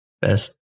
Best